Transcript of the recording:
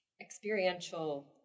experiential